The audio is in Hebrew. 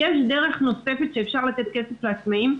יש דרך נוספת שאפשר לתת כסף לעצמאים,